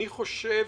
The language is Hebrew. אני חושב